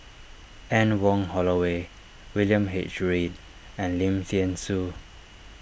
Anne Wong Holloway William H Read and Lim thean Soo